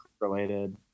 related